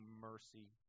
mercy